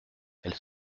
elle